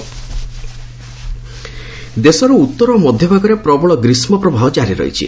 hit wave ଦେଶର ଉତ୍ତର ଓ ମଧ୍ୟଭାଗରେ ପ୍ରବଳ ଗ୍ରୀଷ୍କପ୍ରବାହ ଜାରି ରହିଛି